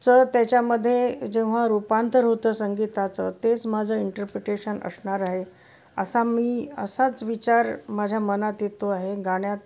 चं त्याच्यामध्ये जेव्हा रूपांतर होतं संगीताचं तेच माझं इंटरप्रिटेशन असणार आहे असा मी असाच विचार माझ्या मनात येतो आहे गाण्यात